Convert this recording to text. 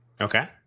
Okay